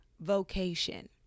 vocation